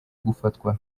gufatwa